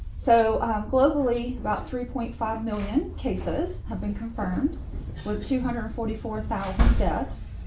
so globally, about three point five million cases have been confirmed with two hundred and forty four thousand deaths.